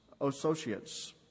associates